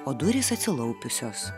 o durys atsilaupiusios